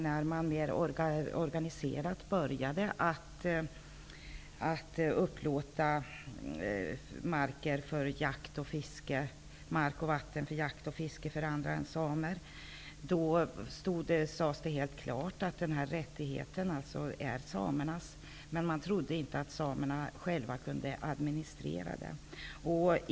När man mer organiserat började att upplåta mark och vatten för jakt och fiske bedriven av andra än samer sades det helt klart att rättigheten tillhör samerna, men man trodde inte att samerna själva kunde administrera upplåtelserna.